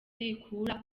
rikura